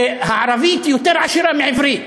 שהערבית יותר עשירה מעברית.